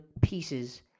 pieces